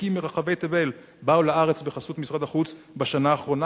ומפיקים מרחבי תבל באו לארץ בחסות משרד החוץ בשנה האחרונה